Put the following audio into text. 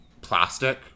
plastic